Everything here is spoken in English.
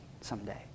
someday